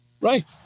Right